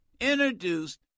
introduced